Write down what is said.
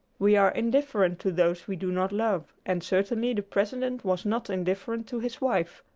we are indifferent to those we do not love, and certainly the president was not indifferent to his wife.